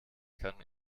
kann